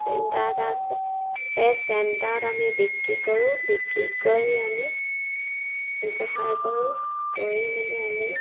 centre এটা আছে সেই চেণ্টাৰত আমি বিক্ৰী কৰোঁ বিক্ৰী কৰি আমি ব্যৱহাৰ কৰোঁ কৰি মেলি আমি